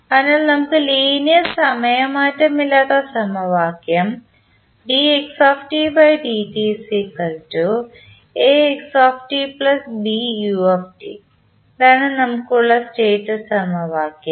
അതിനാൽ നമുക്ക് ലീനിയർ സമയ മാറ്റമില്ലാത്ത സമവാക്യം ഇതാണ് നമുക്ക് ഉള്ള സ്റ്റേറ്റ് സമവാക്യം